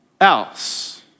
else